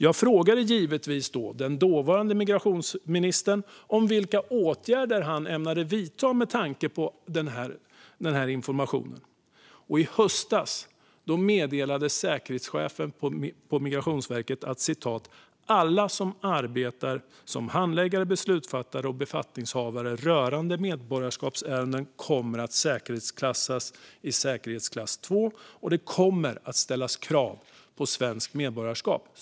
Jag frågade givetvis då den dåvarande migrationsministern om vilka åtgärder han ämnade vidta med tanke på informationen. I höstas meddelade säkerhetschefen på Migrationsverket följande: Alla som arbetar som handläggare, beslutsfattare och befattningshavare och hanterar medborgarskapsärenden kommer att säkerhetsklassas i säkerhetsklass 2, och det kommer att ställas krav på svenskt medborgarskap.